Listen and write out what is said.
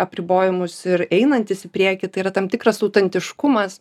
apribojimus ir einantys į priekį tai yra tam tikras autentiškumas